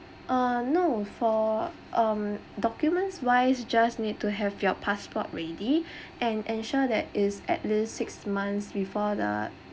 uh no for um documents wise just need to have your passport ready and ensure that is at least six months before the